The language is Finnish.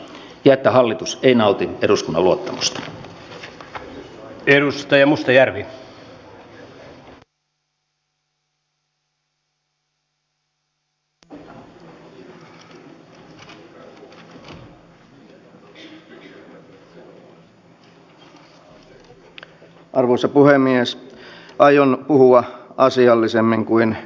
tärkeänä seikkana on pidettävä kokonaiskustannuksien minimoimiseksi nopeaa turvapaikkaprosessia ja myös suomen houkuttelevuuden vähentämistä